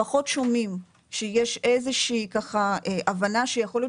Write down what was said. לפחות שומעים שיש איזושהי הבנה שיכול להיות